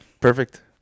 Perfect